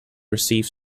receive